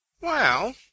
Well